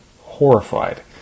horrified